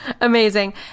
Amazing